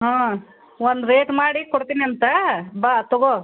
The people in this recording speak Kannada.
ಹಾಂ ಒಂದು ರೇಟ್ ಮಾಡಿ ಕೊಡ್ತೀನಿ ಅಂತ ಬಾ ತಗೋ